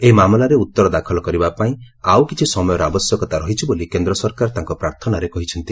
ଏହି ମାମଲାରେ ଉତ୍ତର ଦାଖଲ କରିବା ପାଇଁ ଆଉ କିଛି ସମୟର ଆବଶ୍ୟକତା ରହିଛି ବୋଲି କେନ୍ଦ୍ର ସରକାର ତାଙ୍କ ପ୍ରାର୍ଥନାରେ କହିଛନ୍ତି